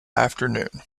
afternoon